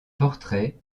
portrait